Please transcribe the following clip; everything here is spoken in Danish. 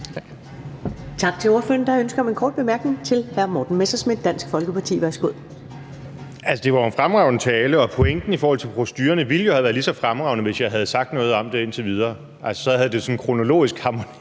Tak til ordføreren. Der er et ønske om en kort bemærkning fra hr. Morten Messerschmidt, Dansk Folkeparti. Værsgo. Kl. 14:48 Morten Messerschmidt (DF): Altså, det var jo en fremragende tale, og pointen i forhold til procedurerne ville jo have været lige så fremragende, hvis jeg havde sagt noget om det indtil videre. Så havde det kronologisk harmoneret